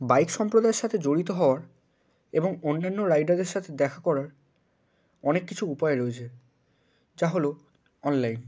bike সম্প্রদায়ের সাথে জড়িত হওয়ার এবং অন্যান্য রাইডারদের সাথে দেখা করার অনেক কিছু উপায় রয়েছে যা হলো অনলাইন